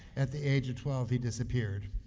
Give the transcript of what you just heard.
at the age of twelve, he disappeared.